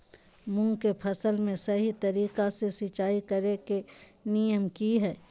मूंग के फसल में सही तरीका से सिंचाई करें के नियम की हय?